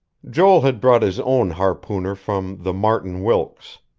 joel had brought his own harpooner from the martin wilkes.